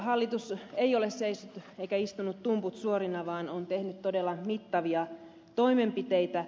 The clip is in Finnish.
hallitus ei ole seissyt eikä istunut tumput suorina vaan on tehnyt todella mittavia toimenpiteitä